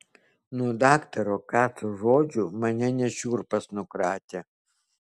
nuo daktaro kaco žodžių mane net šiurpas nukratė